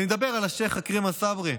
אני מדבר על השייח' עכרמה סברי,